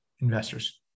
Investors